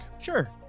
sure